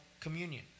communion